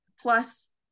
Plus